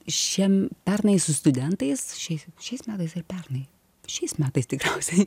šiem pernai su studentais šiais šiais metais ar pernai šiais metais tikriausiai